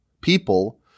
people